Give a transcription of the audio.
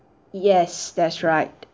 yes that's right